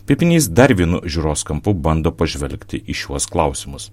pipinys dar vienu žiūros kampu bando pažvelgti į šiuos klausimus